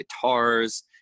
guitars